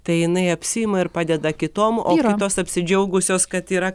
tai jinai apsiima ir padeda kitom o kitos apsidžiaugusios kad yra